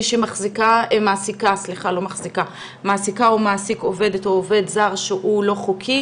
מי שמעסיקה או מעסיק עובדת או עובד זר שהוא לא חוקי,